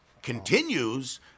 continues